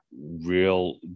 real